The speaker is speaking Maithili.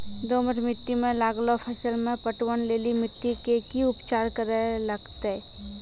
दोमट मिट्टी मे लागलो फसल मे पटवन लेली मिट्टी के की उपचार करे लगते?